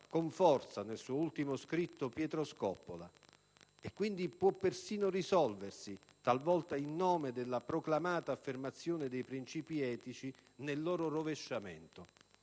con forza nel suo ultimo scritto Pietro Scoppola - e quindi può persino risolversi, talvolta in nome della proclamata affermazione dei principi etici, nel loro rovesciamento.